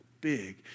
big